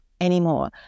anymore